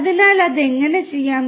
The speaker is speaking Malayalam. അതിനാൽ അത് എങ്ങനെ ചെയ്യാം